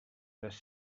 les